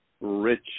rich